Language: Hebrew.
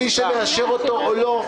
מי שמאשר אותו או לא,